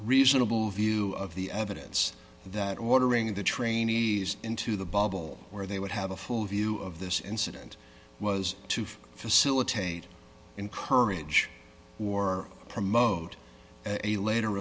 reasonable view of the evidence that ordering the trainees into the bubble where they would have a full view of this incident was to facilitate encourage or promote a later